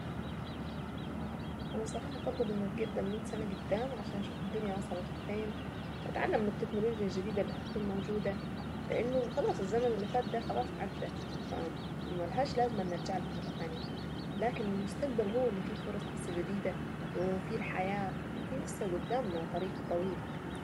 انا بصراحة أفضل ان اتقدم مية سنة قدام عشان اشوف الدنيا وصلت فين. فتعلم من التكنولوجيا الجديدة اللي هتكون موجودة لانه خلاص الزمن اللي فات ده خلاص عدى. ملهاش لازمة نرجع لها مرة تانية لكن المستقبل هو اللي فيه فرص لسه جديدة وفي الحياة وفي ناس اللي قدامنا طريق طويل.